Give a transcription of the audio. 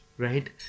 Right